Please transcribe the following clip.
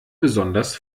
besonders